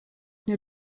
nie